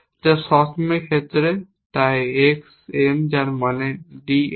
যা সবসময় ক্ষেত্রে তাই x n যার মানে d n